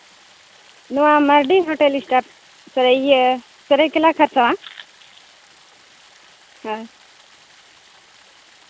ᱱᱚᱣᱟ ᱢᱟᱨᱰᱤ hotel star ᱥᱮ ᱤᱭᱟᱹ ᱥᱚᱨᱟᱭᱠᱮᱞᱞᱟ ᱠᱷᱟᱨᱥᱚᱣᱟ ᱦᱳᱭ